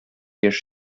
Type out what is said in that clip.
яшь